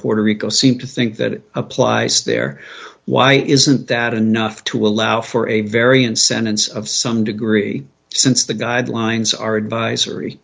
puerto rico seem to think that applies there why isn't that enough to allow for a variance sentence of some degree since the guidelines are advisory